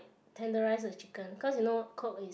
tenderize the chicken because you know Coke is